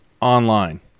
online